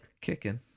kicking